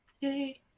Yay